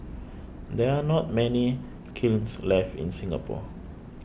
there are not many kilns left in Singapore